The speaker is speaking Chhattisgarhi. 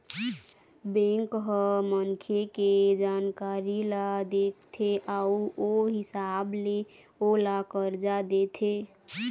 बेंक ह मनखे के जानकारी ल देखथे अउ ओ हिसाब ले ओला करजा देथे